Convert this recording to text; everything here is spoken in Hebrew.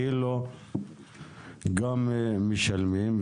גם משלמים.